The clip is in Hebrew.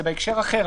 זה בהקשר אחר.